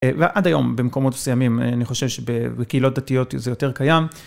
ועד היום במקומות מסוימים, אני חושב שבקהילות דתיות זה יותר קיים.